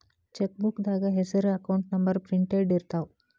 ಚೆಕ್ಬೂಕ್ದಾಗ ಹೆಸರ account number printed ಇರ್ತಾವ